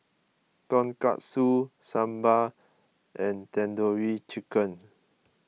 Tonkatsu Sambar and Tandoori Chicken